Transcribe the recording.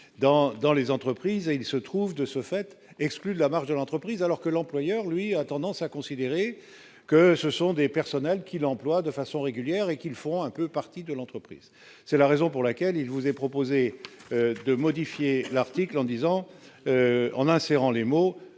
dans les entreprises et il se trouve de ce fait exclues de la marche de l'entreprise, alors que l'employeur lui a tendance à considérer que ce sont des personnels qui l'emploie de façon régulière et qu'ils font un peu partie de l'entreprise, c'est la raison pour laquelle il vous est proposé de modifier l'article en disant on serrant les mots